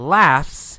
laughs